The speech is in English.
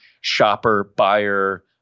shopper-buyer